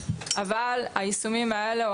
אבל היישומים האלה,